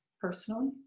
personally